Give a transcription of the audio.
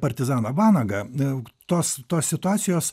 partizaną vanagą tos tos situacijos